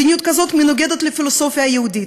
מדיניות כזאת מנוגדת לפילוסופיה היהודית,